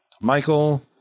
Michael